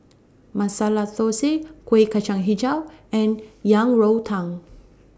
Masala Thosai Kueh Kacang Hijau and Yang Rou Tang